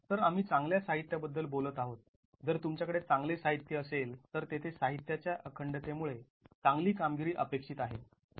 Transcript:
तर आम्ही चांगल्या साहित्याबद्दल बोलत आहोत जर तुमच्याकडे चांगले साहित्य असेल तर तेथे साहित्याच्या अखंडतेमुळे चांगली कामगिरी अपेक्षित आहे